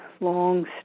long